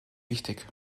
wichtig